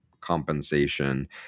compensation